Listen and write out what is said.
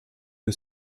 que